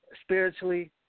spiritually